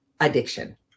addiction